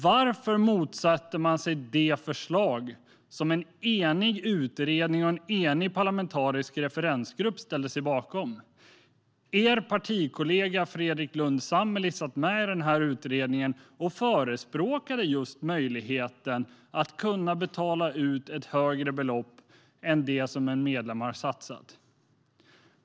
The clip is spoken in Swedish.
Varför motsatte de sig det förslag som en enig utredning och en enig parlamentarisk referensgrupp ställde sig bakom? Deras partikollega Fredrik Lundh Sammeli satt med i utredningen och förespråkade just möjligheten att kunna betala ut ett högre belopp än det som en medlem har satsat.